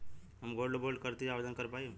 हम gold bond करती आवेदन कर पाईब?